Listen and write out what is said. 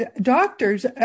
doctors